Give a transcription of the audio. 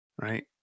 right